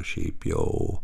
šiaip jau